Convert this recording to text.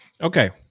Okay